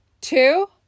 Two